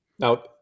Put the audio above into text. Now